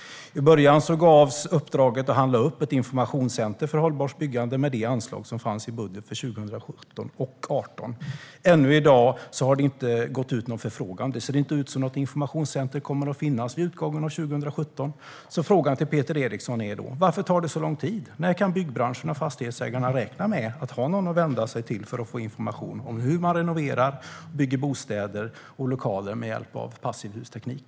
I början gavs uppdraget att handla upp ett informationscentrum för hållbart byggande med det anslag som fanns i budget för 2017 och 2018. Ännu i dag har det inte gått ut någon förfrågan. Det ser inte ut som att något informationscentrum kommer att finnas vid utgången av 2017. Frågan till Peter Eriksson är: Varför tar det så lång tid? När kan byggbranschen och fastighetsägarna räkna med att ha någon att vända sig till för att få information om hur man renoverar och bygger bostäder och lokaler med hjälp av passivhusteknik?